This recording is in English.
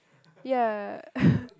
ya